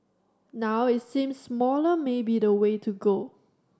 now it seems smaller may be the way to go